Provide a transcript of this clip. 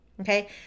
okay